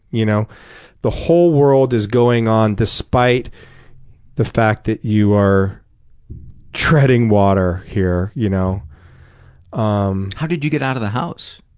you know the whole world is going on despite the fact that you are treading water here. you know um how did you get out of the house?